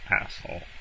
asshole